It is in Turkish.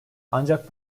ancak